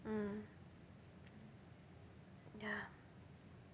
mm ya